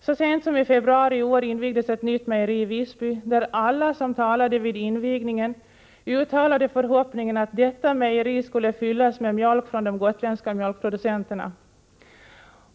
Så sent som i februari i år invigdes ett nytt mejeri i Visby, där alla som talade vid invigningen uttalade förhoppningen att detta mejeri skulle fyllas med mjölk från de gotländska mjölkproducenterna.